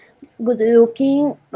good-looking